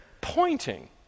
pointing